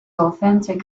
authentic